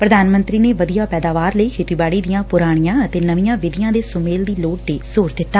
ਪ੍ਰਧਾਨ ਮੰਤਰੀ ਨੇ ਵਧੀਆ ਪੈਦਾਵਾਰ ਲਈ ਖੇਤੀਬਾੜੀ ਦੀਆਂ ਪੁਰਾਣੀਆਂ ਅਤੇ ਨਵੀਆਂ ਵਿਧੀਆਂ ਦੇ ਸੁਮੇਲ ਦੀ ਲੋੜ ਤੇ ਜ਼ੋਰ ਦਿੱਤਾ